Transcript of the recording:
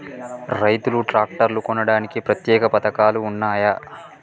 రైతులు ట్రాక్టర్లు కొనడానికి ప్రత్యేక పథకాలు ఉన్నయా?